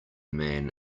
man